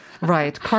Right